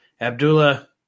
Abdullah